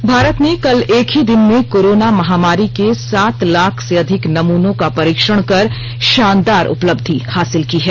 देश रिकार्ड भारत ने कल एक ही दिन में कोरोना महामारी के सात लाख से अधिक नमूनों का परीक्षण कर शानदार उपलब्धि हासिल की है